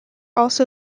also